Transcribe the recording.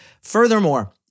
Furthermore